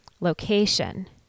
Location